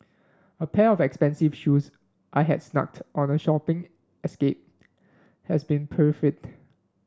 a pair of expensive shoes I had snagged on a shopping escape has been pilfered